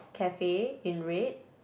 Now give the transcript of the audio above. cafe in red